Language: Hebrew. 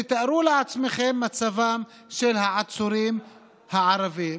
תארו לעצמכם את מצבם של העצורים הערבים,